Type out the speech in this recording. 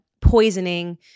poisoning